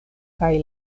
kaj